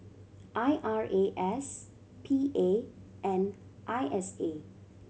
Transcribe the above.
I R A S P A and I S A